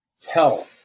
tell